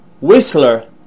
Whistler